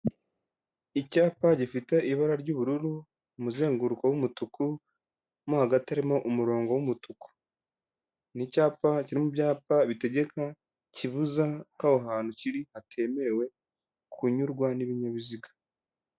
Icyapa gifite ibara ry'ubururu, umuzenguruko w'umutuku, mo hagati harimo umurongo w'umutuku. Ni cyapa kiri mu byapa bitegeka, kibuza ko aho hantu kiri hatemerewe kunyurwa n'ibinyabiziga.